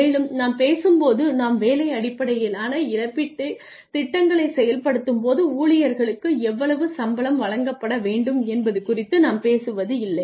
மேலும் நாம் பேசும்போது நாம் வேலை அடிப்படையிலான இழப்பீட்டுத் திட்டங்களைச் செயல்படுத்தும்போது ஊழியர்களுக்கு எவ்வளவு சம்பளம் வழங்கப்பட வேண்டும் என்பது குறித்து நாம் பேசுவதில்லை